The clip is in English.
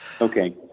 Okay